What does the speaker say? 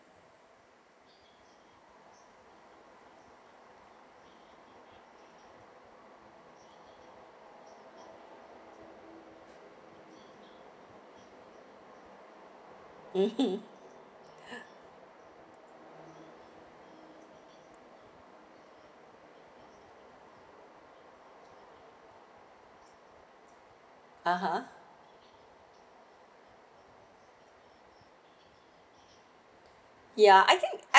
mmhmm ah ha ya I think I